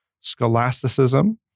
scholasticism